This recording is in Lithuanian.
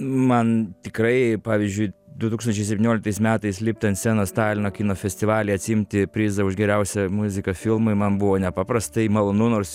man tikrai pavyzdžiui du tūkstančiai septynioliktais metais lipt ant scenos talino kino festivalyje atsiimti prizą už geriausią muziką filmui man buvo nepaprastai malonu nors